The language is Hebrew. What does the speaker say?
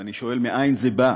ואני שואל מאין זה בא,